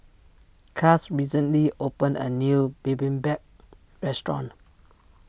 Cass recently opened a new Bibimbap restaurant